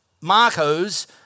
Marco's